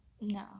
no